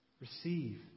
Receive